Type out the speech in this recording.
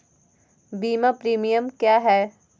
बीमा प्रीमियम क्या है?